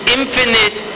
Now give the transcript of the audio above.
infinite